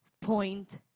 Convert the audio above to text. point